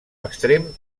extrem